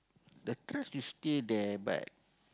the trust is still there but